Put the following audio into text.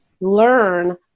learn